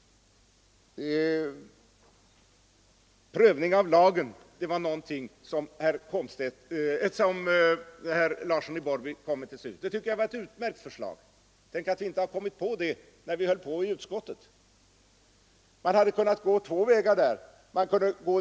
Prövning av lagen kom herr Larsson i Borrby med till slut. Det tycker jag var ett utmärkt förslag. Tänk att vi inte kommit på det när vi debatterat i utskottet. Man hade kunnat gå två vägar.